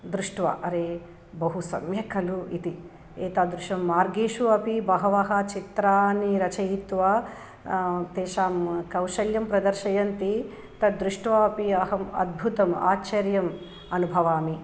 दृष्ट्वा अरे बहु सम्यक् खलु इति एतादृश मार्गेषु अपि बहवः चित्राणि रचयित्वा तेषां कौशल्यं प्रदर्शयन्ति तद् दृष्ट्वा अपि अहम् अद्भुतम् आश्चर्यम् अनुभवामि